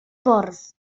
bwrdd